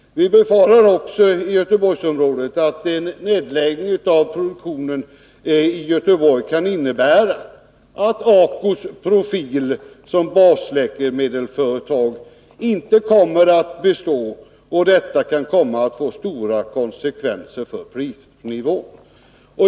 Vi befarar också i Göteborgsområdet att en nedläggning av produktionen i Göteborg kan innebära att ACO:s profil som basläkemedelsföretag inte kommer att bestå. Detta kan komma att få stora konsekvenser för prisnivån.